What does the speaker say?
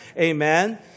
Amen